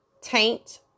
taint